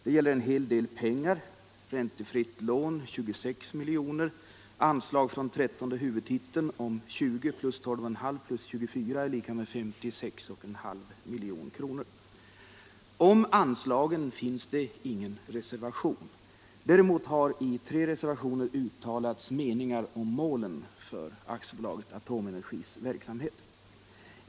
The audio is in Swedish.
Det gäller en hel del pengar: räntefritt lån 26 milj.kr., anslag från 13:e huvudtiteln om 20+ 12,5+ 24= 56,5 milj.kr. Om anslagen finns ingen reservation. Däremot har i tre reservationer uttalats meningar om målen för AB Atomenergis verksamhet.